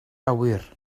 awyr